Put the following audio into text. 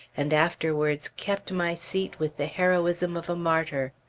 and afterwards kept my seat with the heroism of a martyr.